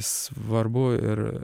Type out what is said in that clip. svarbu ir